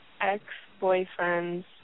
ex-boyfriend's